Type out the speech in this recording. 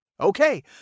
okay